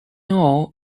all